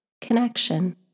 Connection